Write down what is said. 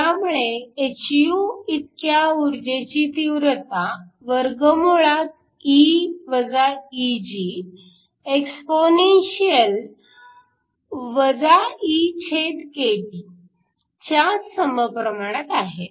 त्यामुळे hυ इतक्या ऊर्जेची तीव्रता E Eg exp च्या समप्रमाणात आहे